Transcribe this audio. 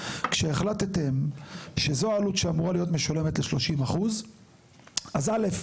כשהחלטתם שזו העלות שאמורה להיות משולמת ל-30% אז א',